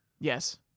Yes